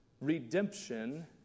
redemption